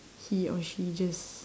he or she just